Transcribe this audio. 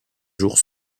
jours